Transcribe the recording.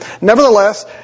Nevertheless